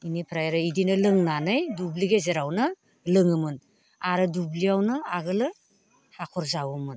बेनिफ्राय आरो बिदिनो लोंनानै दुब्लि गेजेरावनो लोङोमोन आरो दुब्लियावनो आगोलो हाखर जावोमोन